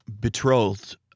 betrothed